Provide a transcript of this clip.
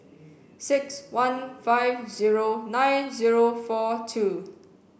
six one five zero nine zero four two